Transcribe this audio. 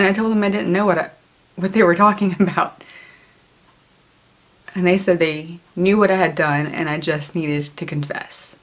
and i told them i didn't know what what they were talking about and they said they knew what i had done and i just need is to confess